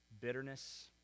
bitterness